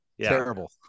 Terrible